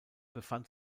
befand